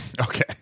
Okay